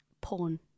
Porn